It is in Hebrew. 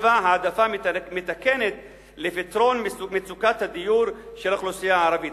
7. העדפה מתקנת לפתרון מצוקת הדיור של האוכלוסייה הערבית.